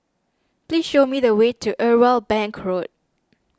please show me the way to Irwell Bank Road